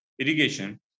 irrigation